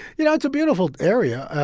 you know, it's a beautiful area.